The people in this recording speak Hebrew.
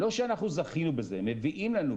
לא שאנחנו זכינו בזה מביאים לנו,